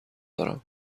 دارم